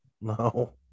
No